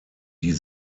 die